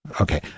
Okay